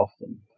often